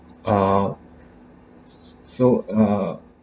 uh s~ s~ so uh